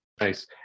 Nice